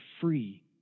free